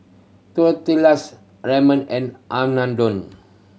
Tortillas Ramen and Unadon